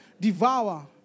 devour